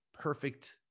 perfect